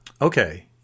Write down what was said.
okay